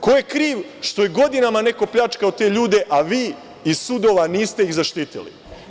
Ko je kriv što je godinama neko pljačkao te ljude, a vi iz sudova niste ih zaštitili?